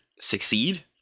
succeed